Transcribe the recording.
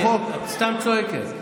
את סתם צועקת.